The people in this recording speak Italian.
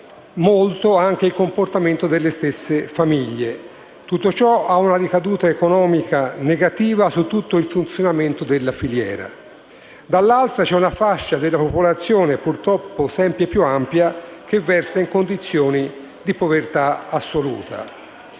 molto anche il comportamento delle stesse famiglie. Tutto ciò ha una ricaduta economica negativa sull'intero funzionamento della filiera. Dall'altra parte, c'è una fascia della popolazione, purtroppo sempre più ampia, che versa in condizioni di povertà assoluta.